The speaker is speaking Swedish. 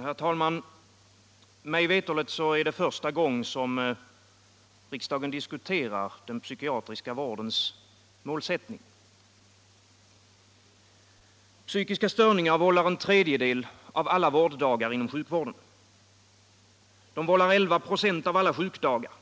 Herr talman! Mig veterligt är det första gången riksdagen diskuterar den psykiatriska vårdens målsättning. Psykiska störningar vållar en tredjedel av alla vårddagar inom sjukvården. De vållar 11 96 av alla sjukdagar.